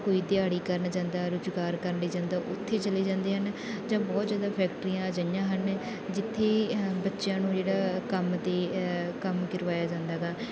ਕੋਈ ਦਿਹਾੜੀ ਕਰਨ ਜਾਂਦਾ ਰੁਜ਼ਗਾਰ ਕਰਨ ਲਈ ਜਾਂਦਾ ਉੱਥੇ ਚਲੇ ਜਾਂਦੇ ਹਨ ਜਾਂ ਬਹੁਤ ਜ਼ਿਆਦਾ ਫੈਕਟਰੀਆਂ ਅਜਿਹੀਆਂ ਹਨ ਜਿੱਥੇ ਅ ਬੱਚਿਆਂ ਨੂੰ ਜਿਹੜਾ ਕੰਮ 'ਤੇ ਕੰਮ ਕਰਵਾਇਆ ਜਾਂਦਾ ਗਾ